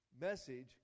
message